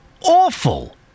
awful